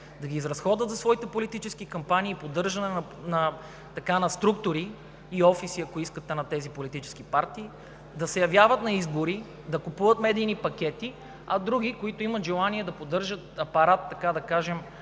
да ги изразходват за своите политически кампании и поддържане на структури, и офиси, ако искате, на тези политически партии; да се явяват на избори, да купуват медийни пакети, а други, които имат желание да поддържат апарат, така да кажем,